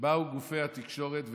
באו גופי התקשורת וטענו,